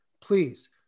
please